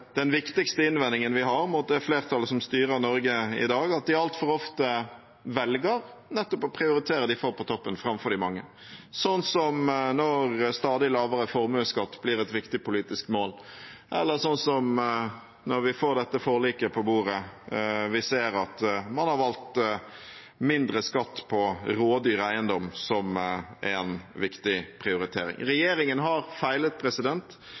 den viktigste innvendingen vi har mot det flertallet som styrer Norge i dag, at de altfor ofte velger nettopp å prioritere de få på toppen framfor de mange – som når stadig lavere formuesskatt blir et viktig politisk mål, eller som når vi får dette forliket på bordet og vi ser at man har valgt mindre skatt på rådyr eiendom som en viktig prioritering.